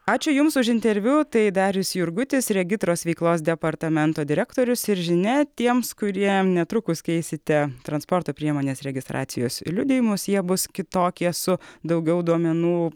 ačiū jums už interviu tai darius jurgutis regitros veiklos departamento direktorius ir žinia tiems kurie netrukus keisite transporto priemonės registracijos liudijimus jie bus kitokie su daugiau duomenų